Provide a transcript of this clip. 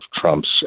Trump's